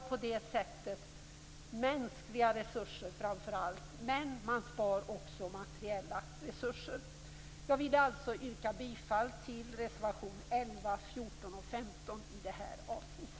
På det sättet spar man framför allt mänskliga men också materiella resurser. Jag yrkar bifall till reservationerna 11, 14 och 15 i det här avsnittet.